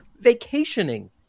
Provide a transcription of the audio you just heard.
Vacationing